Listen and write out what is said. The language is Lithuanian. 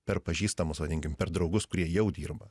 per pažįstamus vadinkim per draugus kurie jau dirba